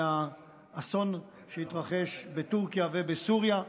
מהאסון שהתרחש בטורקיה ובסוריה,